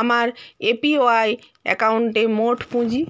আমার এপিওয়াই অ্যাকাউন্টে মোট পুঁজি